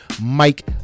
Mike